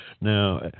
now